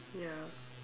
ya